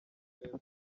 twebwe